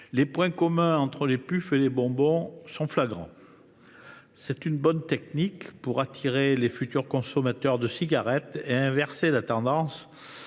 les points communs entre les puffs et les bonbons sont flagrants. Il s’agit d’une bonne technique pour attirer de futurs consommateurs de cigarettes et inverser la tendance,